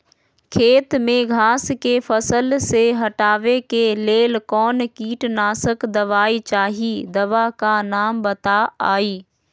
खेत में घास के फसल से हटावे के लेल कौन किटनाशक दवाई चाहि दवा का नाम बताआई?